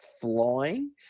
flying